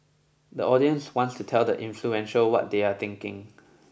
the audience wants to tell the influential what they are thinking